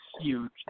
huge